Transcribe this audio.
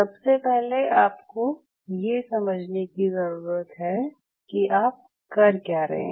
सबसे पहले आपको ये समझने की ज़रूरत कि आप कर क्या रहे हैं